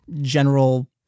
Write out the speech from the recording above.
general